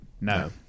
No